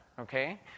Okay